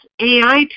AI